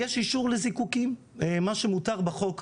יש אישור לזיקוקים, מה שמותר בחוק.